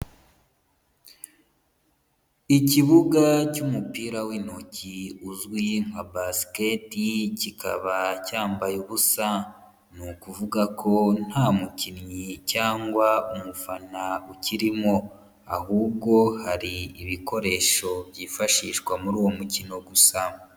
Ikibuga cy'umupira w'intoki uzwi nka Basket, kikaba cyambaye ubusa, ni ukuvuga ko nta mukinnyi cyangwa umufana ukirimo, ahubwo hari ibikoresho byifashishwa muri uwo mukino gusa.